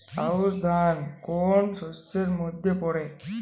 আউশ ধান কোন শস্যের মধ্যে পড়ে?